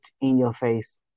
in-your-face